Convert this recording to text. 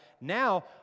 now